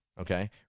okay